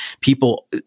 people